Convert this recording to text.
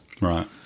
right